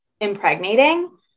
impregnating